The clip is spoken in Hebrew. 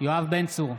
יואב בן צור,